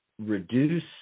reduce